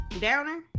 downer